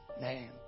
name